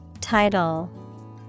Title